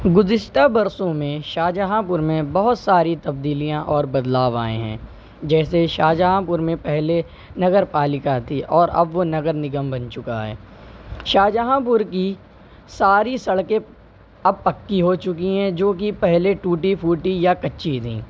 گذشتہ برسوں میں شاہ جہاں پور میں بہت ساری تبدیلیاں اور بدلاؤ آئے ہیں جیسے شاہ جہاں پور میں پہلے نگر پالیکا تھی اور اب وہ نگر نگم بن چکا ہے شاہ جہاں پور کی ساری سڑکیں اب پکی ہو چکی ہیں جوکہ پہلے ٹوٹی پھوٹی یا کچی تھیں